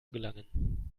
gelangen